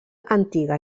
antiga